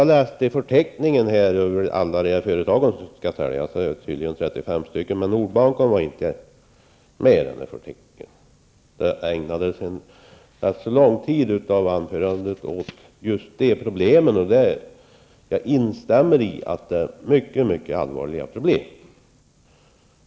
Enligt förteckningen över alla företag som skall säljas -- 35 stycken -- var inte Nordbanken med. Hadar Cars ägnade en ganska lång tid av anförandet åt just problemen med Nordbanken. Jag instämmer; det är mycket allvarliga problem.